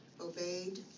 Obeyed